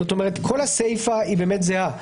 זאת אומרת שכל הסיפה זהה,